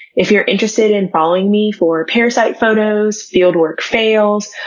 if you're interested in following me for parasite photos, fieldwork fails,